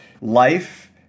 life